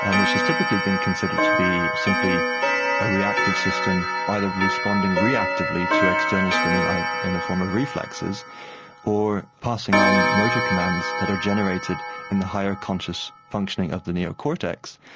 um which has typically been considered to be simply a reactive system either responding reactively to external stimuli in the form of reflexes or passing on motor commands that are generated in the higher conscious functioning of the neocortex,